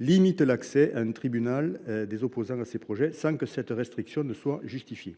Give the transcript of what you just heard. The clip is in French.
limite l’accès à un tribunal des opposants à ces projets sans que cette restriction soit justifiée